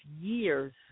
years